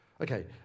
Okay